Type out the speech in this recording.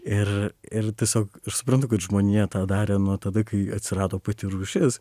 ir ir tiesiog ir suprantu kad žmonija tą darė nuo tada kai atsirado pati rūšis